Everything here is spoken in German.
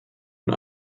von